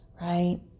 right